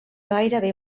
gairebé